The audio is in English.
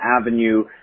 Avenue